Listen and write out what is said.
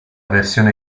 versione